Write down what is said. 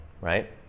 right